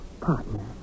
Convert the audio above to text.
partner